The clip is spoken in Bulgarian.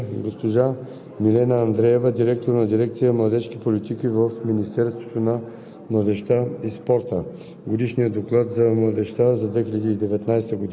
съвет на 15 октомври 2020 г. На заседанието присъстваха господин Николай Павлов, заместник-министър на младежта и спорта,